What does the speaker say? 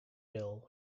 bill